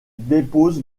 dépose